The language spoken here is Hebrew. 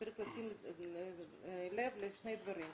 צריך לשים לב לשני דברים.